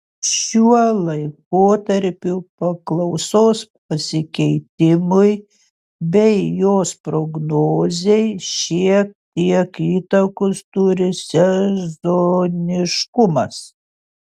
šiuo laikotarpiu paklausos pasikeitimui bei jos prognozei šiek tiek įtakos turi sezoniškumas